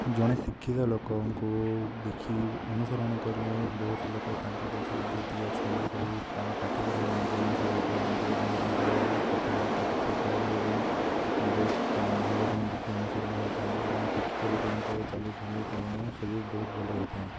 ଜଣେ ଶିକ୍ଷିତ ଲୋକଙ୍କୁ ଦେଖି ଅନୁସରଣ କଲେ ବହୁତ ଲୋକ ତାଙ୍କ ପଛରେ ଯେତିକି ଅଛନ୍ତି ସବୁ ତାଙ୍କ ପାଠ ପଢ଼ାକୁ ନେଇକି ଅନୁସରଣ କରନ୍ତି ଏବଂ ତାଙ୍କ କଥାବାର୍ତ୍ତା କଥା ଶୈଳୀ ଏବଂ ବହୁତ ତାଙ୍କ ଭଲ ଗୁଣ ଦେଖି ଅନୁସରଣ ହୋଇଥାନ୍ତି ଏବଂ ଶିକ୍ଷିତ ଲୋକଙ୍କ ଚାଲି ଠାଣି ଚଳଣ ସବୁ ବହୁତ ଭଲ ହେଇଥାଏ